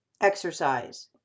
exercise